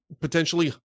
potentially